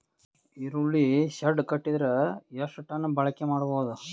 ಈರುಳ್ಳಿ ಶೆಡ್ ಕಟ್ಟಿದರ ಎಷ್ಟು ಟನ್ ಬಾಳಿಕೆ ಮಾಡಬಹುದು?